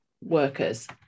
workers